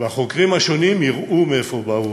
והחוקרים השונים, הם יראו מאיפה באו